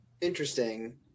interesting